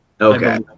Okay